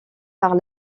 par